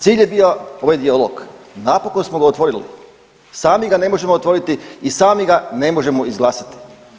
Cilj je bio ovaj dijalog, napokon smo ga otvorili, sami ga ne možemo otvoriti i sami ga ne može izglasati.